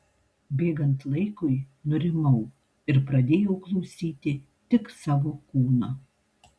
bėgant laikui nurimau ir pradėjau klausyti tik savo kūno